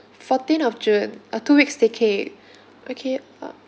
fourteen of june uh two weeks staycay okay uh